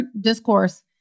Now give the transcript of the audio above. discourse